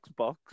xbox